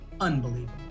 unbelievable